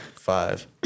Five